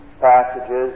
passages